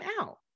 out